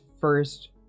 first